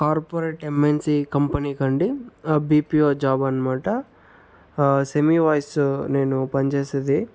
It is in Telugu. కార్పొరేట్ ఎమ్ఎన్సి కంపెనీకండి బిపిఓ జాబ్ అనమాట సెమీ వాయిసు నేను పని చేసేది